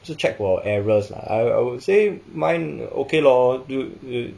是 check for errors lah I I would say mine okay lor